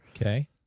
Okay